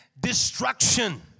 destruction